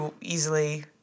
easily